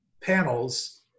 panels